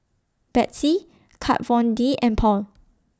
Betsy Kat Von D and Paul